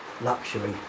luxury